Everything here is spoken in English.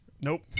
Nope